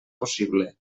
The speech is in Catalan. possible